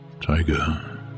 tiger